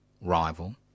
rival